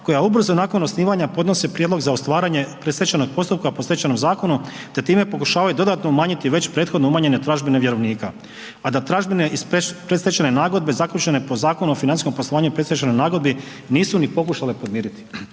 koja ubrzo nakon osnivanja podnose prijedlog za otvaranje predstečajnog postupka po Stečajnom zakonu, te time pokušavaju dodatno umanjiti već prethodno umanjene tražbine vjerovnika, a da tražbine iz predstečajne nagodbe zaključene po Zakonu o financijskom poslovanju i predstečajnoj nagodi nisu ni pokušale podmiriti.